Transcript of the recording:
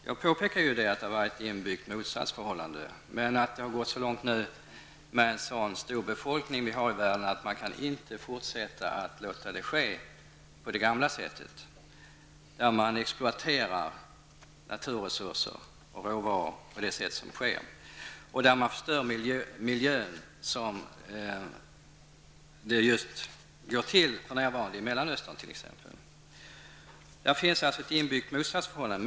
Jag påpekade att det är ett inbyggt motsatsförhållande, men att det nu har gått så långt med den stora befolkning som världen nu har att man inte kan fortsätta att låta det ske på det gamla sättet, som innebär att man exploaterar naturresurser och råvaror och förstör miljön på det sätt som nu sker i t.ex. Mellanöstern. Det finns alltså ett inbyggt motsatsförhållande.